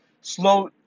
slow